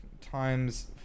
times